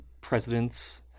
presidents